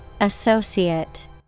Associate